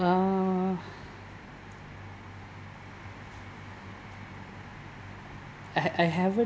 uh I have I haven't